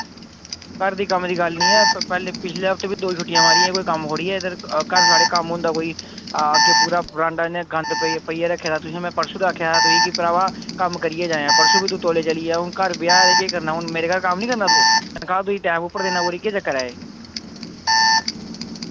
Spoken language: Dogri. घर दी कम्म दी गल्ल निं ऐ पैह्ले पिछले हफ्ते बी दो छुट्टियां मारियां कोई कम्म थोह्ड़ी ऐ इद्धर घर साढ़े कम्म होंदा कोई हां के पूरा बरांडा इ'यां गंद पेई पाइयै रक्खे दा तुसें में परसूं दा आखेआ हा तुगी कि भ्रावा कम्म करियै जायां परसूं बी तू तौले चली गेआ हून घर ब्याह् ते केह् करना हून मेरे घर कम्म निं करना तू तनखाह् तुगी टैम उप्पर दिन्ना पूरी केह् चक्कर ऐ एह्